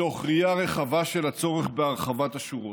מתוך ראייה רחבה של הצורך בהרחבת השורות,